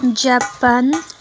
Japan